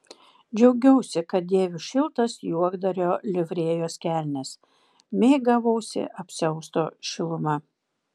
džiaugiausi kad dėviu šiltas juokdario livrėjos kelnes mėgavausi apsiausto šiluma